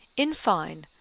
in fine,